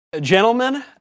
Gentlemen